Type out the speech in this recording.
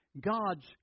God's